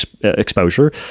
exposure